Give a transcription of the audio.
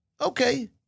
Okay